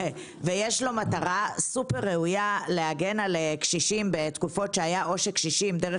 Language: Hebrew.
יש לו מטרה סופר-ראויה להגן על קשישים בתקופות שהיה עושק קשישים דרך